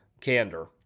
candor